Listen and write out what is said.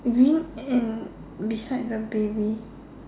green and beside the baby